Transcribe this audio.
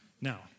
Now